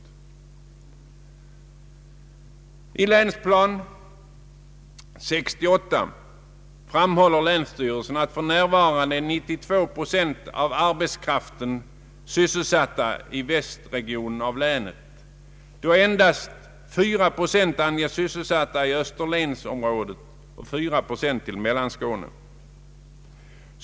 I Länsplan 68 framhåller länsstyrelsen att för närvarande är 92 procent av arbetskraften sysselsatt i västregionen av länet, medan endast 4 procent anges sysselsatt i Österlensområdet och 4 procent i Mellanskåne.